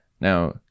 Now